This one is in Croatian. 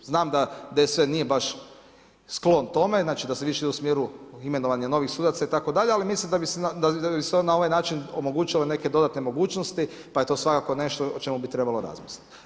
Znam da DSV nije baš sklon tome, znači da se više ide u smjeru imenovanja novih sudaca itd., ali mislim da bi se na ovaj način omogućile neke dodatne mogućnosti, pa je to svakako nešto o čemu bi trebalo razmisliti.